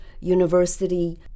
university